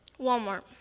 Walmart